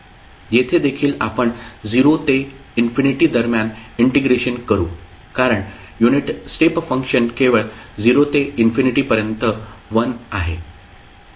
येथे देखील आपण 0 ते इन्फिनिटी दरम्यान इंटिग्रेशन करू कारण युनिट स्टेप फंक्शन केवळ 0 ते इन्फिनिटी पर्यंत 1 आहे